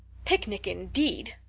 picnic, indeed!